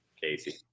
Casey